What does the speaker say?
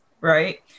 right